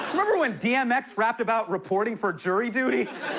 remember when dmx rapped about reporting for jury duty?